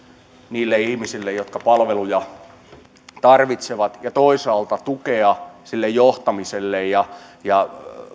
niille ihmisille jotka palveluja tarvitsevat ja toisaalta tukea sille johtamiselle ja